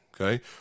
okay